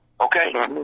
okay